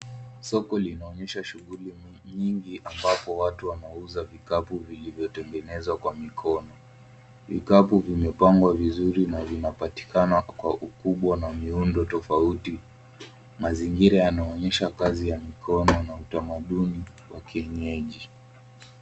Soko linaonyesha shughuli nyingi ambapo watu wanauza vikapu vilivyotengezwa kwa mikono. Vikapu vimepangwa vizuri na vinapatikana kwa ukubwa na miundo tofauti. Mazingira yanaonyesha kazi ya mikono na utamaduni wa kienyeji.